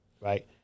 Right